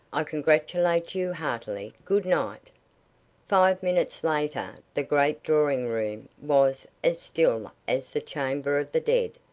i congratulate you heartily. good-night! five minutes later the great drawing-room was as still as the chamber of the dead,